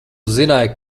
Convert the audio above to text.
zināji